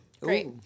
Great